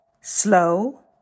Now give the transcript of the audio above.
slow